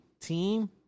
team